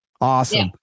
Awesome